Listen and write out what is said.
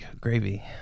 Gravy